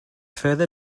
further